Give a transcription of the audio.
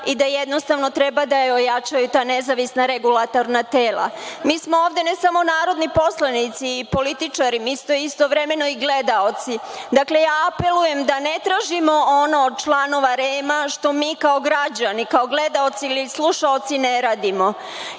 i da jednostavno treba da ojačaju ta nezavisna regulatorna tela. Mi smo ovde ne samo narodni poslanici i političari, mi smo istovremeno i gledaoci. Dakle, apelujem da ne tražimo ono od članova REM-a što mi kao građani, kao gledaoci ili slušaoci ne radimo.